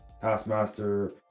Taskmaster